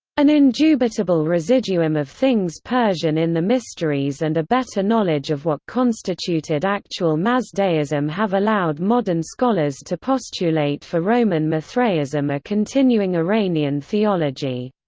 an indubitable residuum of things persian in the mysteries and a better knowledge of what constituted actual mazdaism have allowed modern scholars to postulate for roman mithraism a continuing iranian theology.